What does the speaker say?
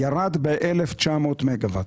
ירד ב-1,900 מגה-ואט.